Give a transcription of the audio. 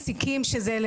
ולמעסיקים, שהם אנחנו: